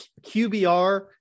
qbr